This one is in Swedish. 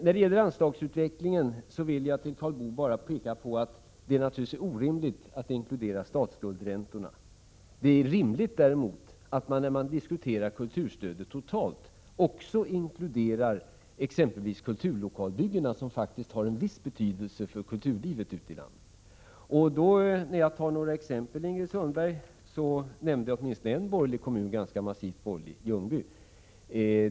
När det gäller anslagsutvecklingen vill jag för Karl Boo bara peka på att det naturligtvis är orimligt att inkludera statsskuldsräntorna. Däremot är det rimligt, att när man diskuterar kulturstödet totalt, också inkludera exempelvis kulturlokalbyggena, som faktiskt har en viss betydelse för kulturlivet ute i landet. När jag då anförde några exempel, Ingrid Sundberg, nämnde jag åtminstone en ganska massivt borgerlig kommun, nämligen Ljungby.